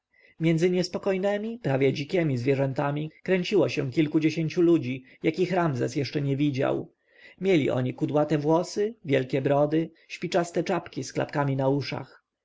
między niespokojnemi prawie dzikiemi zwierzętami kręciło się kilkudziesięciu ludzi jakich ramzes jeszcze nie widział mieli oni kudłate włosy wielkie brody śpiczaste czapki z klapami na uszach